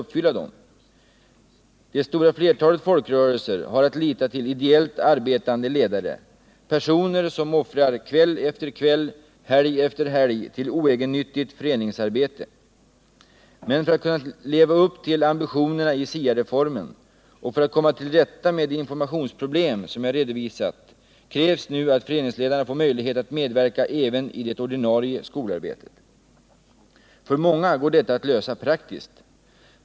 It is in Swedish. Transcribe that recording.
Det stora flertalet Nr 44 folkrörelser har att lita till ideellt arbetande ledare, personer som offrar kväll efter kväll, helg efter helg för oegennyttigt föreningsarbete. Men för att kunna leva upp till ambitionerna i SIA reformen och för att komma till rätta med de informationsproblem som jag har redovisat, krävs nu att föreningsledarna får möjlighet att medverka även i det ordinarie skolarbetet. För många går detta att lösa praktiskt.